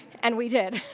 and we did.